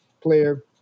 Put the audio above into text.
player